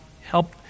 Help